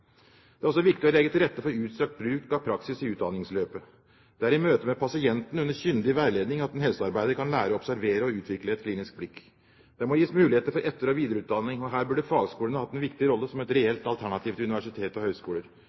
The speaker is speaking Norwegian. Det er også viktig å legge til rette for utstrakt bruk av praksis i utdanningsløpet. Det er i møte med pasienten under kyndig veiledning at en helsearbeider kan lære å observere og utvikle et klinisk blikk. Det må gis muligheter for etter- og videreutdanning. Her burde fagskolene hatt en viktig rolle som et reelt alternativ til universitet og